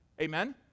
Amen